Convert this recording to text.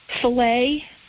filet